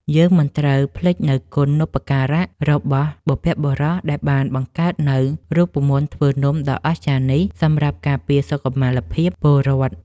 យើងមិនត្រូវភ្លេចនូវគុណូបការៈរបស់បុព្វបុរសដែលបានបង្កើតនូវរូបមន្តធ្វើនំដ៏អស្ចារ្យនេះសម្រាប់ការពារសុខមាលភាពពលរដ្ឋ។